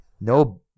no